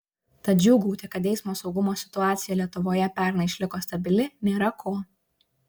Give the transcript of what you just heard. tad džiūgauti kad eismo saugumo situacija lietuvoje pernai išliko stabili nėra ko